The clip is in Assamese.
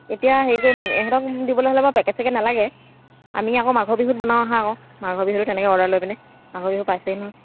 এতিয়া হেৰি কৰিম এহেঁতক দিবলৈ হ'লে বাৰু পেকেট চেকেট নালাগে আমি আকৌ মাঘৰ বিহুত বনাওঁ আহা আকৌ মাঘৰ বিহুতো তেনেকৈ অৰ্ডাৰ লৈ পিনে মাঘৰ বিহু পাইছেহি নহয়